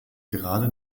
gerade